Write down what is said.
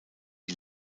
die